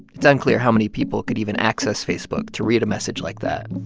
it's unclear how many people could even access facebook to read a message like that